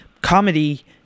comedy